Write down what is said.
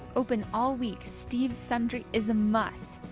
open all week, steve's sundry is a must!